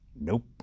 Nope